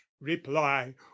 reply